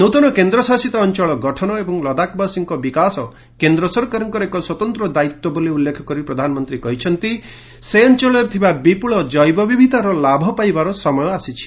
ନୂତନ କେନ୍ଦ୍ରଶାସିତ ଅଞ୍ଚଳ ଗଠନ ଏବଂ ଲଦାଖ୍ବାସୀଙ୍କ ବିକାଶ କେନ୍ଦ୍ର ସରକାରଙ୍କର ଏକ ସ୍ୱତନ୍ତ୍ର ଦାୟିତ୍ୱ ବୋଲି ଉଲ୍ଲେଖ କରି ପ୍ରଧାନମନ୍ତ୍ରୀ କହିଛନ୍ତି ସେ ଅଞ୍ଚଳରେ ଥିବା ବିପୁଳ ଜେବ ବିବିଧତାର ଲାଭ ପାଇବାର ସମୟ ଆସିଛି